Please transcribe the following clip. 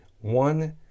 one